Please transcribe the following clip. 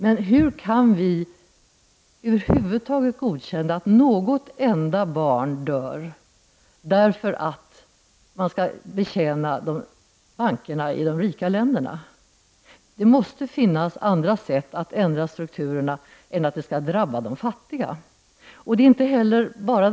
Men hur kan vi över huvud taget godkänna att något enda barn dör, därför att man skall betjäna bankerna i de rika länderna? Det måste finnas andra sätt att ändra strukturerna än att det skall drabba de fattiga. ”Plåsterlösningarna” är inte heller bra.